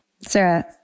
Sarah